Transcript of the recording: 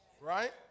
Right